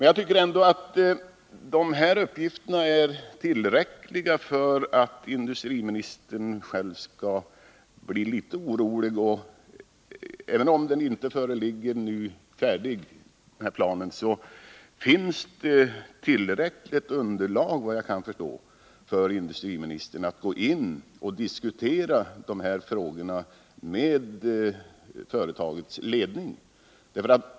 Jag tycker ändå att de här uppgifterna är tillräckliga för att industriministern själv skall bli litet orolig. Även om den här planen nu inte föreligger färdig, finns det enligt vad jag kan förstå tillräckligt underlag för industriministern att gå in och diskutera de här frågorna med företagets ledning.